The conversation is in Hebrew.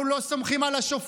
אנחנו לא סומכים על השופטים.